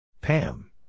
Pam